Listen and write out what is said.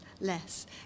less